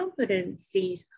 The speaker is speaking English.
competencies